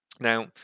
Now